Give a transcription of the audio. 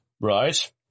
right